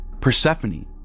Persephone